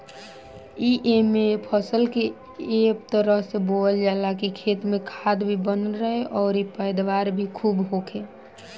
एइमे फसल के ए तरह से बोअल जाला की खेत में खाद भी बनल रहे अउरी पैदावार भी खुब होखे